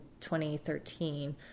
2013